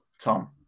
Tom